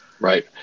Right